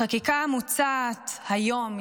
החקיקה המוצעת היום,